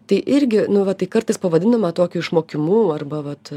tai irgi nu va tai kartais pavadinama tokiu išmokimu arba vat